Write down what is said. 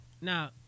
Now